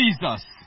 Jesus